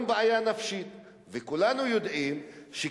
מוצאים את הפתרון.